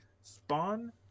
spawn